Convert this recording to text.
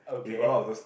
with a lot of those